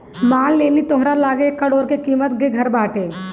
मान लेनी तोहरा लगे एक करोड़ के किमत के घर बाटे